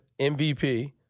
MVP